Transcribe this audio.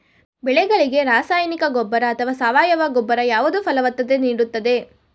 ಬೆಳೆಗಳಿಗೆ ರಾಸಾಯನಿಕ ಗೊಬ್ಬರ ಅಥವಾ ಸಾವಯವ ಗೊಬ್ಬರ ಯಾವುದು ಫಲವತ್ತತೆ ನೀಡುತ್ತದೆ?